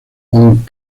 pon